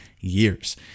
years